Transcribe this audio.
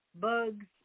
bugs